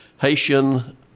Haitian